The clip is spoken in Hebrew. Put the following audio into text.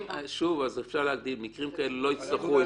אפשר להגדיר שמקרים כאלה לא יצטרכו,